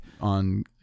on